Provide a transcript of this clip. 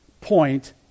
point